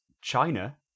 China